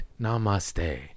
namaste